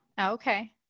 Okay